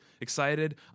excited